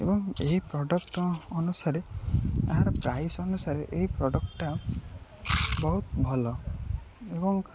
ଏବଂ ଏହି ପ୍ରଡ଼କ୍ଟ ଅନୁସାରେ ଏହାର ପ୍ରାଇସ୍ ଅନୁସାରେ ଏହି ପ୍ରଡ଼କ୍ଟଟା ବହୁତ ଭଲ ଏବଂ